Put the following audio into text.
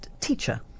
teacher